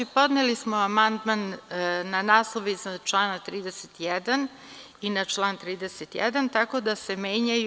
Podneli smo amandman na naslov iznad člana 31. i na član 31, tako da se menjaju.